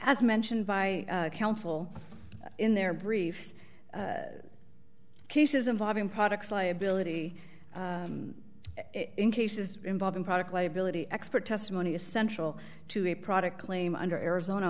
as mentioned by counsel in their brief cases involving products liability in cases involving product liability expert testimony essential to a product claim under arizona